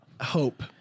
Hope